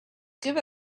give